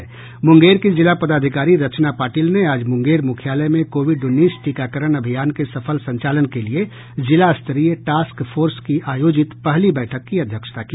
मुंगेर की जिला पदाधिकारी रचना पाटिल ने आज मुंगेर मुख्यालय में कोविड उन्नीस टीकाकरण अभियान के सफल संचालन के लिए जिलास्तरीय टास्क फोर्स की आयोजित पहली बैठक की अध्यक्षता की